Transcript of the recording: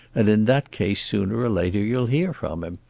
and in that case sooner or later you'll hear from him.